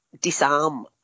disarm